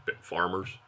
farmers